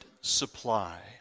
supply